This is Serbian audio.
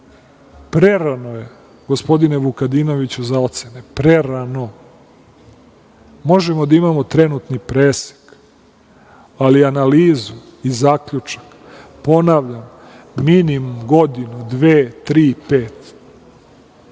Prerano je, gospodine Vukadinoviću, za ocene, prerano. Možemo da imamo trenutni presek, ali analizu i zaključak, ponavljam, minimum, godinu, dve, tri, pet,